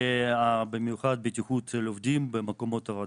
ובמיוחד בטיחות של עובדים במקומות עבודה.